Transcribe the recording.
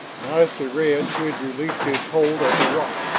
not at the red, who had released his hold of the rock,